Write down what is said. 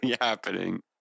happening